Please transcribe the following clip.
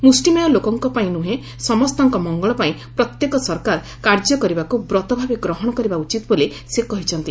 ମୁଷ୍ଟିମେୟ ଲୋକଙ୍କ ପାଇଁ ନୃହଁ ସମସ୍ତଙ୍କ ମଙ୍ଗଳ ପାଇଁ ପ୍ରତ୍ୟେକ ସରକାର କାର୍ଯ୍ୟ କରିବାକୁ ବ୍ରତଭାବେ ଗ୍ରହଣ କରିବା ଉଚିତ ବୋଲି ସେ କହିଛନ୍ତି